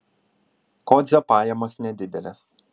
kodzio pajamos nedidelės